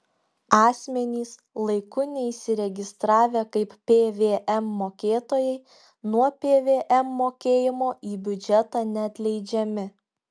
asmenys laiku neįsiregistravę kaip pvm mokėtojai nuo pvm mokėjimo į biudžetą neatleidžiami